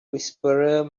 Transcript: whisperer